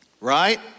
right